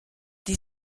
die